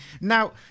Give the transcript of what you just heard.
Now